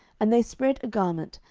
and they spread a garment,